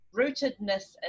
rootedness